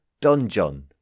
donjon